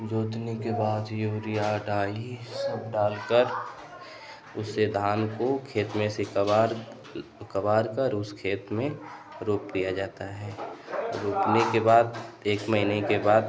जोतने के बाद यूरिया डाली सब डालने के बाद उसे धान को खेत में से कबाड़ कर उस खेत में रोप दिया जाता है रोपने के बाद एक महीने के बाद